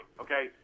okay